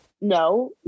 no